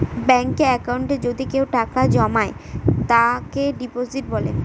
ব্যাঙ্কে একাউন্টে যদি কেউ টাকা জমায় তাকে ডিপোজিট বলে